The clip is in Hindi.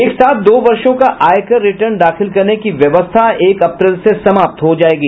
एक साथ दो वर्षों का आयकर रिटर्न दाखिल करने की व्यवस्था एक अप्रैल से समाप्त हो जायेगी